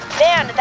man